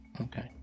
Okay